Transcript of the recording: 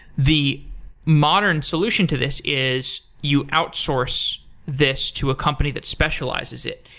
the modern solution to this is you outsource this to a company that specializes it,